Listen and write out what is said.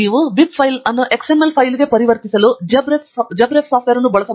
ನೀವು bib file ಅನ್ನು XML ಫೈಲ್ಗೆ ಪರಿವರ್ತಿಸಲು JabRef ಸಾಫ್ಟ್ವೇರ್ ಅನ್ನು ಬಳಸಬಹುದು